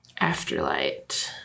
Afterlight